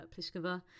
Pliskova